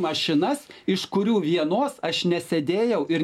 mašinas iš kurių vienos aš nesėdėjau ir